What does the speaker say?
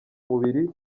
mubiri